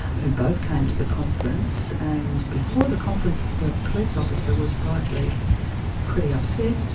who both came to the conference, and before the conference the police officer was rightly pretty upset,